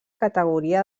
categoria